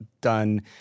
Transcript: done